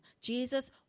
Jesus